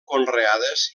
conreades